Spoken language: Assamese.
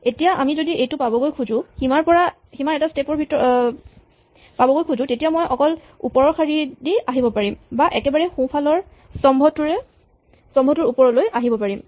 এতিয়া আমি যদি এইটো পাবগৈ খুজো তেতিয়া মই অকল ওপৰৰ শাৰীয়েদি আহিব পাৰিম বা একেবাৰে সোঁফালৰ স্তম্ভটোৰে ওপৰলৈ আহিব পাৰিম